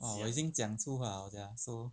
orh 我已经讲粗话 liao sia so